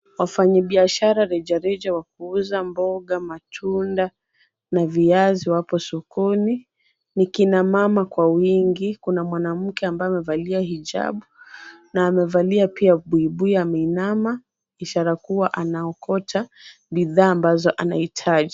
Wafanyibiashara reja reja wa kuuza mboga , machungwa , na viazi wapo sokoni Ni kina mama kwa wingi, kuna mwanamke ambaye hijabu, na amevalia pia buibui, ameinama ishara kuwa anaokota bidhaa ambazo anahitaji.